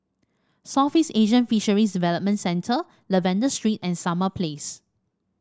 Southeast Asian Fisheries Development Centre Lavender Street and Summer Place